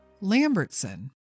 Lambertson